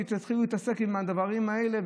שיתחילו להתעסק עם הדברים האלה,